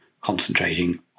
concentrating